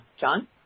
John